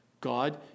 God